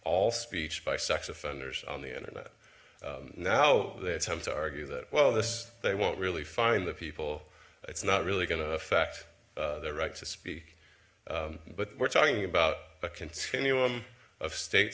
all speech by sex offenders on the internet now they attempt to argue that well this they won't really find the people it's not really going to affect their right to speak but we're talking about a continuum of state